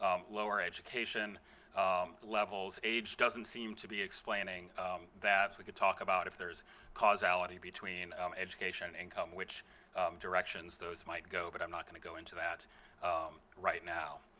um lower education levels. age doesn't seem to be explaining that. we could talk about if there's causality between um education and income which directions those might go but i'm not going to go into that right now.